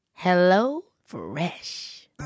HelloFresh